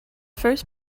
first